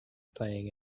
playing